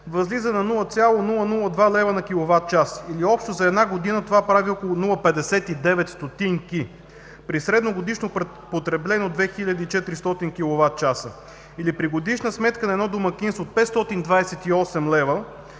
възлиза на 0,002 лв. на киловатчас, или общо за 1 година това прави около 0,59 ст., при средно годишно потребление от 2400 киловатчаса. Или при годишна сметка на едно домакинство 528 лв.,